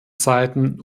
zeiten